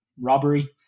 robbery